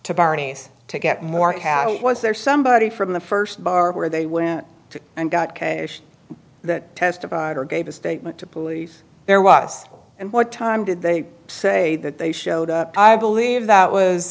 to barney's to get more cat was there somebody from the first bar where they went to and got k that testified or gave a statement to police there was and what time did they say that they showed up i believe that was